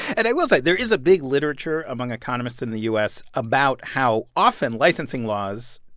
and i will say there is a big literature among economists in the u s. about how often licensing laws,